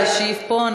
חייב להשיב פה.